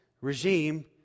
regime